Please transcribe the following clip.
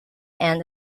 end